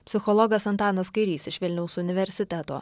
psichologas antanas kairys iš vilniaus universiteto